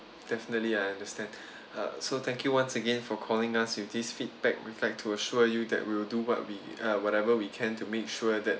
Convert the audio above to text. definitely I understand uh so thank you once again for calling us with these feedback we'd like to assure you that we will do what we uh whatever we can to make sure that